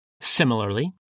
Similarly